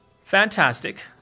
Fantastic